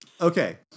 Okay